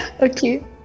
Okay